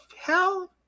hell